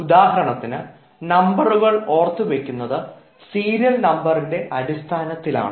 ഉദാഹരണത്തിന് നമ്പറുകൾ ഓർത്തു വയ്ക്കുന്നത് സീരിയൽ നമ്പറിൻറെ അടിസ്ഥാനത്തിലാണ്